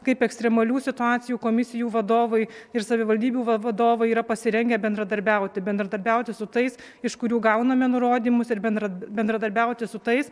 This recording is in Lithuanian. kaip ekstremalių situacijų komisijų vadovai ir savivaldybių va vadovai yra pasirengę bendradarbiauti bendradarbiauti su tais iš kurių gauname nurodymus ir bendra bendradarbiauti su tais